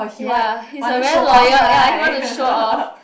ya he's a very loyal ya he want to show off